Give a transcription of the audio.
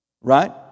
Right